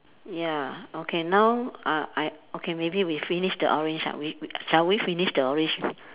ya okay now uh I okay maybe we finish the orange ah we we shall we finish the orange